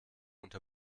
unter